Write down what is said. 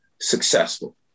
successful